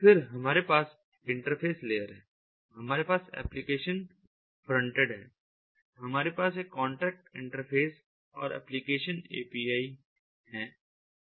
फिर हमारे पास इंटरफ़ेस लेयर है हमारे पास एप्लिकेशन फ्रंटेंड है हमारे पास एक कॉन्ट्रैक्ट इंटरफ़ेस और एप्लिकेशन ए पी आई है